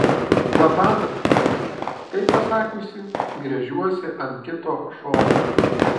labanakt tai pasakiusi gręžiuosi ant kito šono